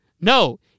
No